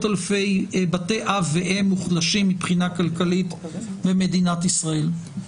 אלפי בתי אב ואם מוחלשים מבחינה כלכלית במדינת ישראל.